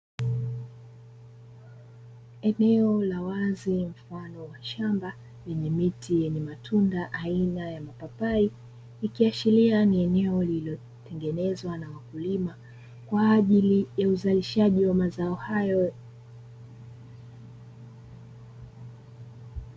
Eneo la wazi mfano wa shamba lenye miti yenye matunda aina ya mapapai, ikiashiria ni eneo lililotengenezwa na wakulima kwa ajili ya uzalishaji wa mazao hayo.